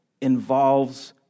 involves